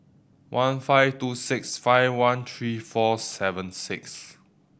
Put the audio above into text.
one five two six five one three four seven six